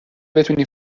بتونی